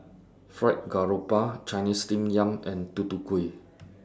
Fried Garoupa Chinese Steamed Yam and Tutu Kueh